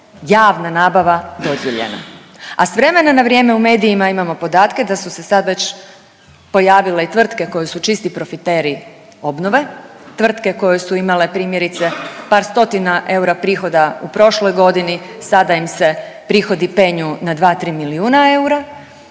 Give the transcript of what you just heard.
javna nabava dodijeljena? A s vremena na vrijeme u medijima imamo podatke da su se sad već pojavile i tvrtke koje su čisti profiteri obnove, tvrtke koje su imale primjerice par stotina eura prihoda u prošloj godini, sada im se prihodi penju na 2-3 milijuna eura.